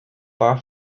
bar